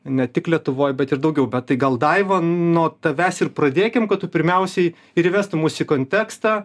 ne tik lietuvoj bet ir daugiau bet tai gal daiva n nuo tavęs ir pradėkim kad tu pirmiausiai ir įvestum mus į kontekstą